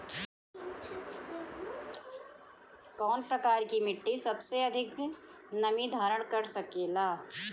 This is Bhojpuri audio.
कौन प्रकार की मिट्टी सबसे अधिक नमी धारण कर सकेला?